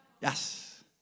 Yes